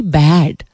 bad